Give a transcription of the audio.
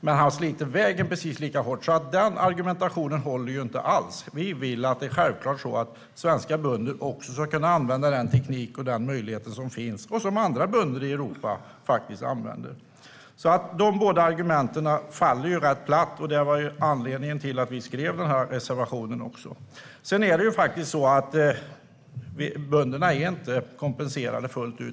Men han sliter på vägen precis lika hårt, så den argumentationen håller inte alls. Vi vill att det ska vara självklart att svenska bönder kan använda den teknik och de möjligheter som finns, på samma sätt som andra bönder i Europa. De båda argumenten faller alltså rätt platt. Det var också anledningen till att vi skrev reservationen. Bönderna är inte kompenserade fullt ut.